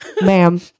ma'am